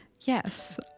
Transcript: Yes